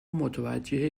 متوجه